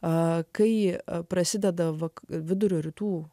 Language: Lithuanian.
o kai ji prasideda vakarų vidurio rytų